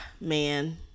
man